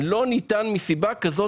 לא ניתן להפקיר את הנכסים האלה מסיבה כזו